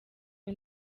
iyo